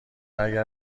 اگر